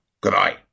Goodbye